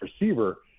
receiver